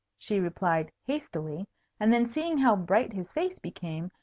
she replied, hastily and then, seeing how bright his face became,